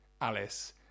Alice